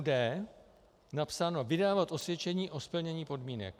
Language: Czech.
d) napsáno vydávat osvědčení o splnění podmínek.